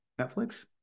Netflix